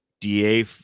Da